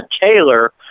Taylor